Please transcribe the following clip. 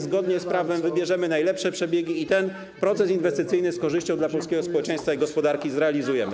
Zgodnie z prawem wybierzemy najlepsze przebiegi i ten proces inwestycyjny z korzyścią dla polskiego społeczeństwa i gospodarki zrealizujemy.